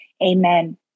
Amen